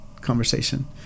conversation